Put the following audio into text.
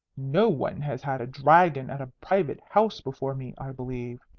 no one has had a dragon at a private house before me, i believe.